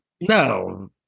No